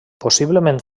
possiblement